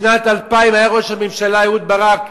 בשנת 2000 היה ראש הממשלה אהוד ברק,